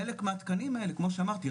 חלק מהתקנים האלה כמו שאמרתי,